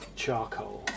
charcoal